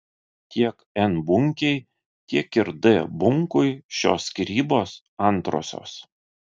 tiek n bunkei tiek ir d bunkui šios skyrybos antrosios